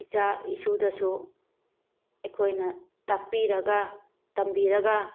ꯏꯆꯥ ꯏꯁꯨꯗꯁꯨ ꯑꯩꯈꯣꯏꯅ ꯇꯥꯛꯄꯤꯔꯒ ꯇꯝꯕꯤꯔꯒ